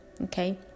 okay